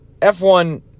F1